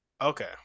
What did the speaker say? Okay